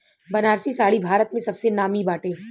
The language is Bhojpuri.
बनारसी साड़ी भारत में सबसे नामी बाटे